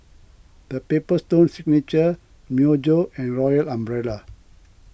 the Paper Stone Signature Myojo and Royal Umbrella